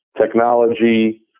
technology